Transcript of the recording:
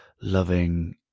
loving